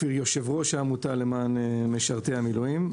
אני יושב ראש העמותה למען משרתי המילואים.